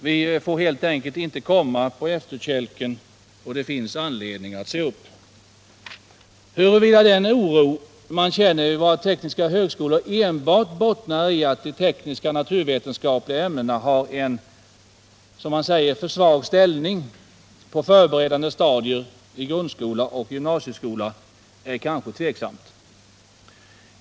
Vi får helt enkelt inte komma på efterkälken. Det finns anledning att se upp. Huruvida den oro man känner vid våra tekniska högskolor enbart bottnar i att de tekniska och naturvetenskapliga ämnena har en för svag ställning på förberedande stadier i grundskola och gymnasieskola är kanske tveksamt.